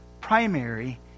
primary